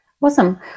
Awesome